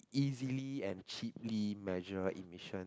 easily and cheaply measure emission